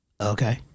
Okay